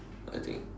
I think